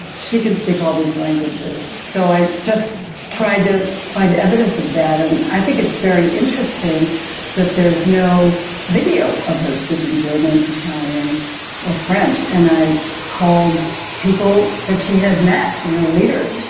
she can speak all these languages. so i just tried to find evidence of that. and i think it's very interesting that there is no video of her speaking german, italian or french. and i called people that she had met, you know, leaders.